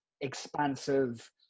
expansive